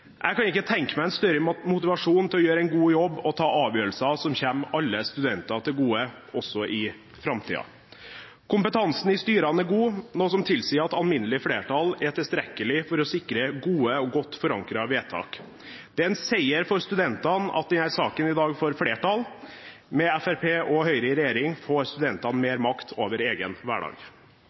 Jeg kan ikke tenke meg en større motivasjon for å gjøre en god jobb og ta avgjørelser som kommer alle studenter til gode også i framtiden. Kompetansen i styrene er god, noe som tilsier at alminnelig flertall er tilstrekkelig for å sikre gode og godt forankrede vedtak. Det er en seier for studentene at denne saken i dag får flertall. Med Fremskrittspartiet og Høyre i regjering får studentene mer makt over egen hverdag.